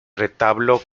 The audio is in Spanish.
retablo